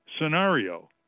scenario